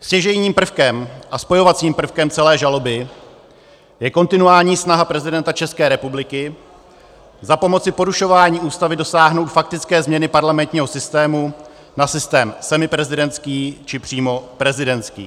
Stěžejním prvkem a spojovacím prvkem celé žaloby je kontinuální snaha prezidenta České republiky za pomoci porušování Ústavy dosáhnout faktické změny parlamentního systému na systém semiprezidentský, či přímo prezidentský.